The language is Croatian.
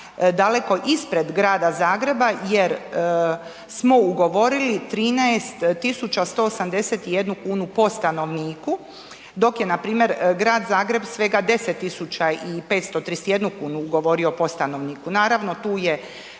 daleko ispred Grada Zagreba jer smo ugovorili 13.181,00 kn po stanovniku, dok je npr. Grad Zagreb svega 10.531,00 kn ugovorio po stanovniku. Naravno, tu je